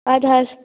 اد حظ